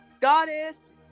Goddess